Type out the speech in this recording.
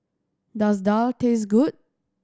does daal taste good